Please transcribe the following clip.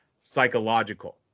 Psychological